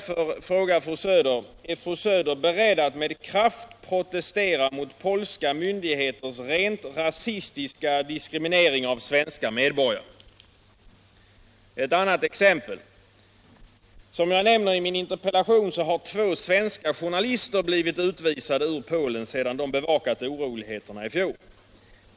För det andra: Som jag nämner i min interpellation har två svenska journalister blivit utvisade ur Polen sedan de bevakat oroligheterna i fjol.